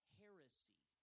heresy